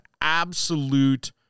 absolute